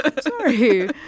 sorry